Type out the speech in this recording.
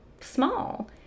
small